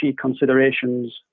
considerations